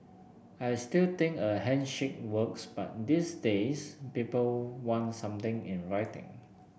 I still think a handshake works but these days people want something in writing